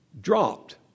dropped